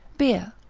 beer.